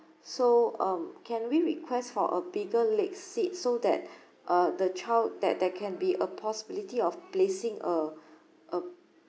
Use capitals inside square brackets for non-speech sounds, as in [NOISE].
so um can we request for a bigger leg seat so that [BREATH] uh the child that that can be a possibility of placing a uh